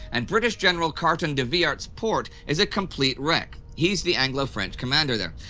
and british general carton de wiart's port is a complete wreck he's the anglo-french commander there.